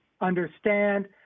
understand